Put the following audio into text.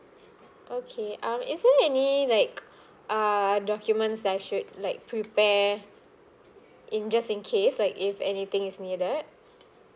okay um is there any like err documents that I should like prepare in just in case like if anything is needed